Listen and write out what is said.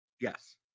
Yes